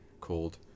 called